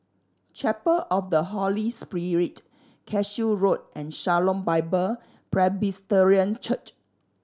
Chapel of the Holy Spirit Cashew Road and Shalom Bible Presbyterian Church